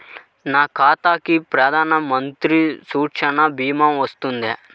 నా ఖాతాకి ప్రధాన మంత్రి సురక్ష భీమా వర్తిస్తుందా?